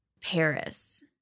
Paris